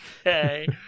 okay